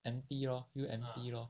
empty lor feel empty lor